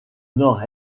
nord